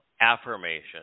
affirmation